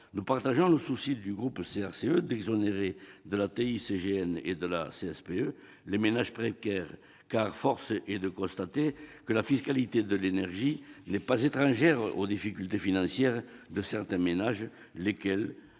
nous partageons le souci du groupe CRCE d'exonérer de la TICGN et de la CSPE les ménages précaires, car force est de constater que la fiscalité de l'énergie n'est pas étrangère aux difficultés financières de certains ménages, ces